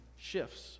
shifts